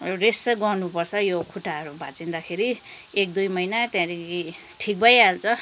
rest चाहिँ गर्नुपर्छ यो खुट्टाहरू भाँचिँदाखेरि एक दुई महिना त्यहाँदेखि ठिक भइहाल्छ